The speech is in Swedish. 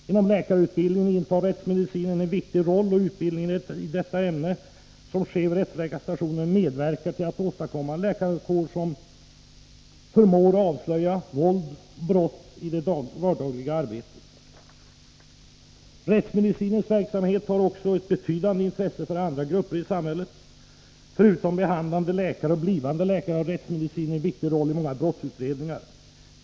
Inom läkarutbildningen intar rättsmedicinen en väsentlig roll. Den utbildning i detta ämne som sker vid rättsläkarstationen medverkar till att åstadkomma en läkarkår som i det vardagliga arbetet förmår avslöja våld och brott. Rättsmedicinens verksamhet har också ett betydande intresse för andra grupper i samhället. Förutom för behandlade läkare och blivande läkare har rättsmedicinen en viktig roll i många brottsutredningar.